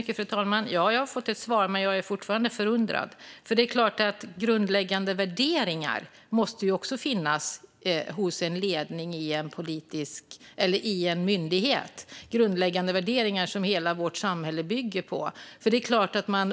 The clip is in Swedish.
Fru talman! Ja, jag har fått ett svar. Men jag är fortfarande förundrad. Det är klart att grundläggande värderingar som hela vårt samhälle bygger på också måste finnas hos en ledning i en myndighet.